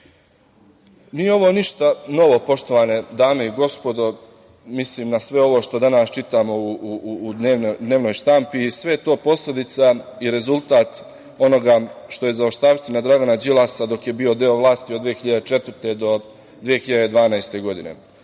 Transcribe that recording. ovo ništa novo, poštovane dame i gospodo, mislim na sve ovo što danas čitamo u dnevnoj štampi, sve je to posledica i rezultat onoga što je zaostavština Dragana Đilasa dok je bio deo vlasti od 2004. do 2012. godine.